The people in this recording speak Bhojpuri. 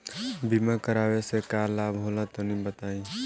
बीमा करावे से का लाभ होला तनि बताई?